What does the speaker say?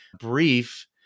brief